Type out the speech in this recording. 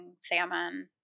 salmon